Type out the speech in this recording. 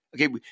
Okay